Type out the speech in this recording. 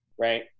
right